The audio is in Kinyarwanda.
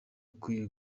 ukwiye